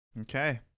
Okay